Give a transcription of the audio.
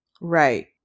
Right